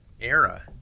Era